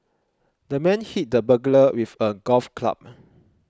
the man hit the burglar with a golf club